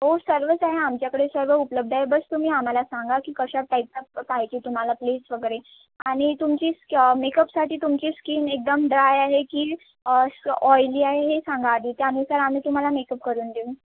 हो सर्वच आहे आमच्याकडे सर्व उपलब्ध आहे बस तुम्ही आम्हाला सांगा की कशा टाईपचा पाहिजे तुम्हाला ग्लेझ वगैरे आणि तुमची स्क मेकपसाठी तुमची स्किन एकदम ड्राय आहे की स ऑईली आहे हे सांगा आधी त्यानुसार आम्ही तुम्हाला मेकप करून देऊ